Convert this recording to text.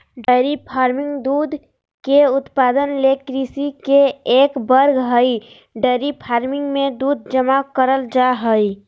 dairy farming दूध के उत्पादन ले कृषि के एक वर्ग हई डेयरी फार्मिंग मे दूध जमा करल जा हई